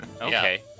okay